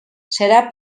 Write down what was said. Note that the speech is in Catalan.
serà